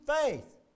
faith